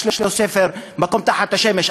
יש לו ספר "מקום תחת השמש",